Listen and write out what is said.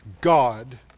God